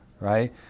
right